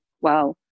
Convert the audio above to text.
wow